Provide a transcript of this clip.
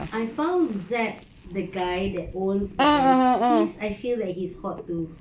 I found zack the guy that owns he's I feel is hot too